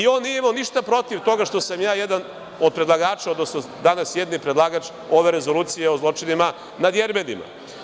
On nije imao ništa protiv toga što sam ja jedan od predlagača, odnosno danas jedini predlagač ove rezolucije o zločinima nad Jermenima.